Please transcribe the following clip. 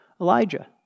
Elijah